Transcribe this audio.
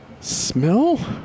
Smell